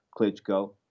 Klitschko